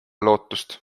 lootust